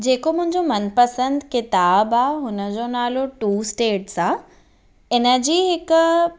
जेको मुंहिंजो मनपसंदि किताबु आहे हुन जो नालो टू स्टेट्स आहे हिन जी हिकु